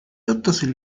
اتصل